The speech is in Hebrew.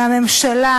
מהממשלה,